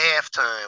halftime